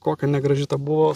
kokia negraži ta buvo